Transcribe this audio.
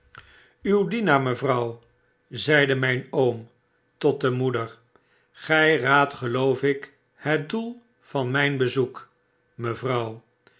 uw dienaar mevrouw zeide zyn oom tot de moeder gij raadt geloof ik het doel van myn bezoek